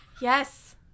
Yes